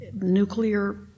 nuclear